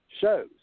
shows